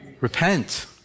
Repent